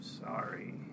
Sorry